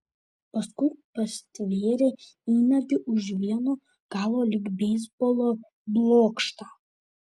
paskui pastvėrė įnagį už vieno galo lyg beisbolo blokštą